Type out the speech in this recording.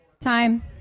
time